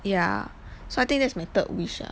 ya so I think that's my third wish ah